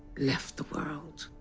left the world.